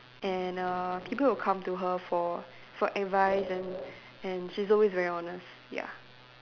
and err people will come to her for for advice and and she's always very honest ya